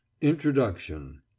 Introduction